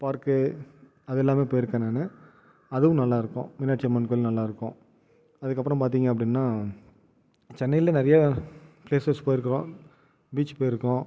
park அது எல்லாமே போயிருக்கேன் நான் அதுவும் நல்லா இருக்கும் மீனாட்சி அம்மன் கோயில் நல்லாருக்கும் அதுக்கு அப்புறம் பார்த்திங்க அப்படின்னா சென்னையில் நிறைய பிளேசஸ் போய் இருக்கிறோம் பீச் போய் இருக்கோம்